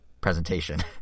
presentation